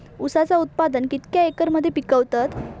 ऊसाचा उत्पादन कितक्या एकर मध्ये पिकवतत?